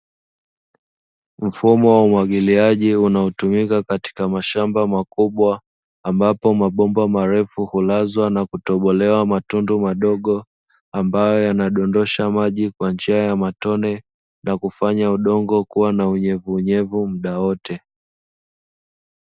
Mfumo wa umwagiliaji unaotumika katika mashamba makubwa, ambapo mabomba marefu hulazwa na kutobolewa matundu madogo, ambayo yanadondosha maji kwa njia ya matone na kufanya udongo kuwa na unyevunyevu muda wote.